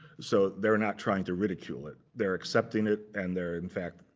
so they're not trying to ridicule it. they're accepting it, and they're, in fact,